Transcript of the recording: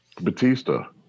batista